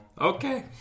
Okay